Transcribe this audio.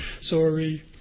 sorry